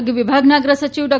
આરોગ્ય વિભાગના અગ્રસચિવ ડો